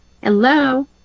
Hello